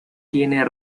tiene